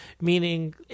Meaning